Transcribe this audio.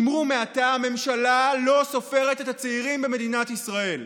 אמרו מעתה: הממשלה לא סופרת את הצעירים במדינת ישראל.